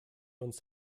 uns